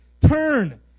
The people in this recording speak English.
Turn